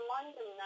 London